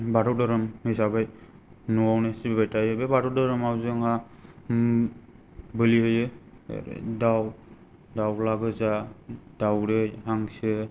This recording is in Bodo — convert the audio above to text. बाथौ धोरोम हिसाबै न'वावनो सिबिबाय थायो बे बाथौ धोरोमाव जोंहा बोलि होयो दाउ दावला गोजा दावदै हांसो